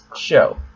show